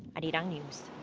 arirang news.